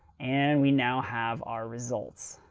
and we now have our results.